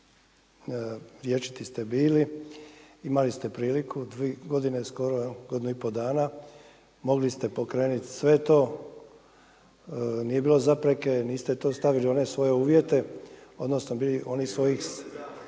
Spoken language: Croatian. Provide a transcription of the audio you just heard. Rječiti ste bili, imali ste priliku dvije godine skoro, godinu i pol dana mogli ste pokrenuti sve to, nije bilo zapreke, niste to stavili u one svoje uvjete odnosno onih